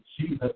Jesus